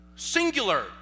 singular